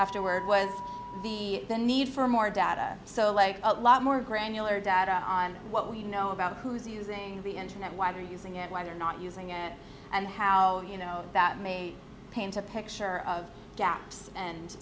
afterward was the the need for more data so like a lot more granular data on what we know about who's using the internet why are using it why they're not using it and how you know that may paint a picture of gaps and